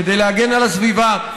כדי להגן על הסביבה,